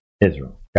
Israel